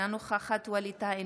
אינה נוכחת ווליד טאהא,